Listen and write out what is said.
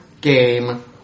game